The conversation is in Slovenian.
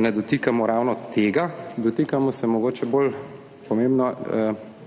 ne dotikamo ravno tega, dotikamo se, mogoče bolj pomembno,